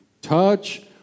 touch